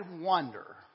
wonder